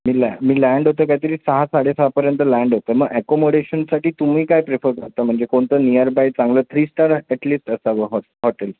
मी लॅ मी लँड होतो आहे काय तरी सहा साडेसहापर्यंत लँड होतो आहे मग ॲकोमोडेशनसाठी तुम्ही काय प्रेफर करता म्हणजे कोणतं नियर बाय चांगलं थ्री स्टार ॲटलिस्ट असावं हॉ हॉटेल